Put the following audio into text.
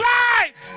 life